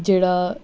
ਜਿਹੜਾ